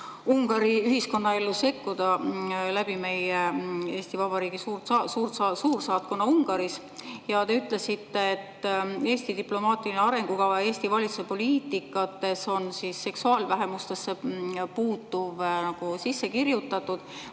Ungari ühiskonnaellu sekkuda läbi Eesti Vabariigi suursaatkonna Ungaris. Ja te ütlesite, et Eesti diplomaatilisse arengukavasse, Eesti valitsuse poliitikasse on seksuaalvähemustesse puutuv sisse kirjutatud.